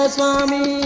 Swami